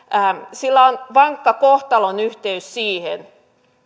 on vankka kohtalonyhteys siihen